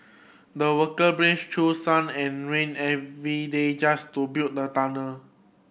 the worker braved through sun and rain every day just to build the tunnel